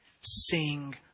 sing